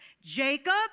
jacob